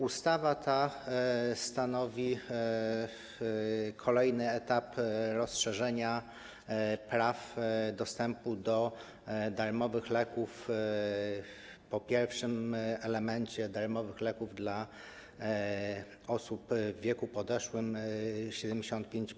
Ustawa ta stanowi kolejny etap rozszerzania praw dostępu do darmowych leków po pierwszym elemencie dotyczącym darmowych leków dla osób w wieku podeszłym, a więc 75+.